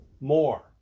more